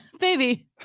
Baby